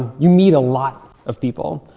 you meet a lot of people,